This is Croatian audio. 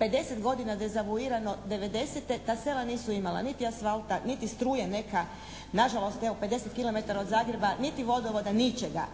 50 godina dezavujirano '90. ta sela nisu imala nisi asfalta, niti struje neka, na žalost evo 50 kilometara od Zagreba niti vodovoda, ničega.